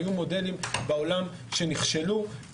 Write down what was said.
היו מודלים בעולם שנכשלו.